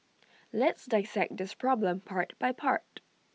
let's dissect this problem part by part